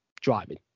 driving